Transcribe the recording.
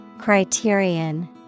Criterion